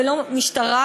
ולא משטרה